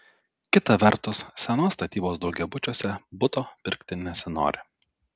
kita vertus senos statybos daugiabučiuose buto pirkti nesinori